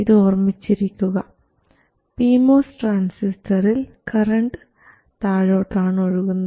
ഇത് ഓർമിച്ചിരിക്കുക P MOS ട്രാൻസിസ്റ്ററിൽ കറൻറ് താഴോട്ടാണ് ഒഴുകുന്നത്